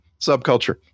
subculture